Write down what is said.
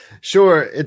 Sure